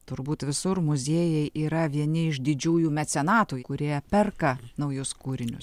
turbūt visur muziejai yra vieni iš didžiųjų mecenatų kurie perka naujus kūrinius